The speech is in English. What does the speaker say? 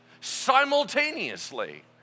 simultaneously